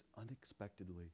unexpectedly